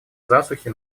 засухи